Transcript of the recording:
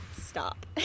stop